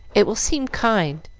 it will seem kind,